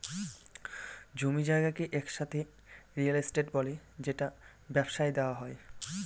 জমি জায়গাকে একসাথে রিয়েল এস্টেট বলে যেটা ব্যবসায় দেওয়া হয়